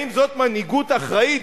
האם זאת מנהיגות אחראית?